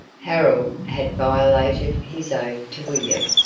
harold had violated his oath to william,